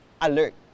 alert